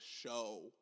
show